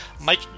Mike